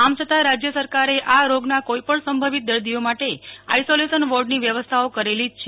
આમ છતાં રાજ્ય સરકારે આ રોગના કોઇપણ સંભવિત દર્દીઓ માટે આઇસોલેશન વોર્ડની વ્યવસ્થાઓ કરેલી જ છે